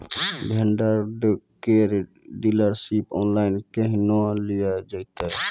Vendor केर dealership online केहनो लियल जेतै?